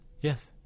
Yes